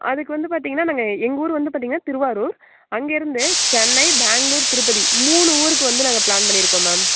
அதுக்கு வந்து பார்த்திங்கன்னா நாங்கள் எங்கள் ஊர் வந்து பார்த்திங்கன்னா திருவாரூர் அங்கே இருந்து சென்னை பெங்களூர் திருப்பதி மூணு ஊருக்கு வந்து நாங்கள் பிளான் பண்ணியிருக்கோம் மேம்